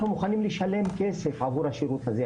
אנחנו מוכנים לשלם כסף עבור השירות הזה,